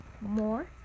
more